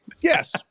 Yes